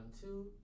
two